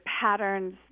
patterns